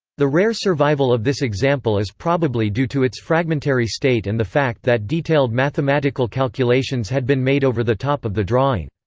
the rare survival of this example is probably due to its fragmentary state and the fact that detailed mathematical calculations had been made over the top of the drawing.